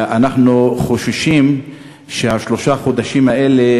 ואנחנו חוששים שהשלושה חודשים האלה,